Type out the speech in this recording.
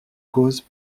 cause